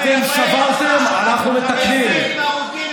אתם שברתם, אנחנו מתקנים.